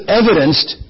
evidenced